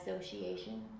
association